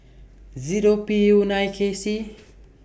Zero P U nine K C